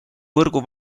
võrgu